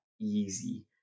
easy